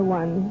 one